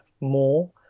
more